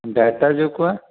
data जेको आहे